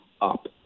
up